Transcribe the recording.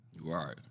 right